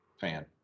fan